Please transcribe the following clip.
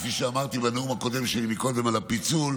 כפי שאמרתי בנאום הקודם שלי, על הפיצול,